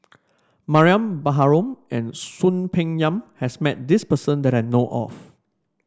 Mariam Baharom and Soon Peng Yam has met this person that I know of